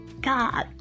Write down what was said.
God